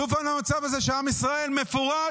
שוב פעם המצב הזה שעם ישראל מפורד,